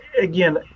again